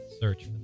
Search